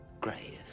Grave